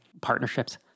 partnerships